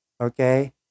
okay